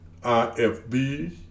IFB